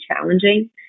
challenging